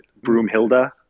Broomhilda